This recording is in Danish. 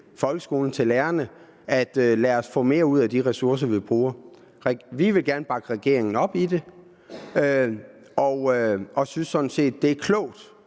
folkeskolen og lærerne at sige til dem: Lad os få mere ud af de ressourcer, vi bruger. Vi vil gerne bakke regeringen op. Vi synes sådan set, det er klogt